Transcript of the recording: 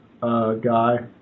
guy